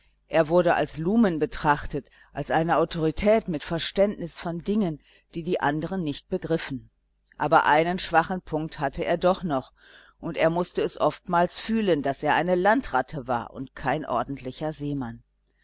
er wurde als lumen betrachtet als eine autorität mit verständnis von dingen die die andern nicht begriffen aber einen schwachen punkt hatte er doch noch und er mußte es oftmals fühlen daß er eine landratte war und kein ordentlicher seemann